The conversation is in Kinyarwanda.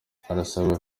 harasabwa